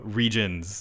regions